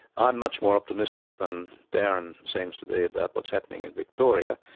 i'm much more optimistic than darren seems to be about what's happening in victoria.